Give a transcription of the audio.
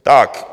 Tak.